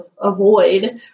avoid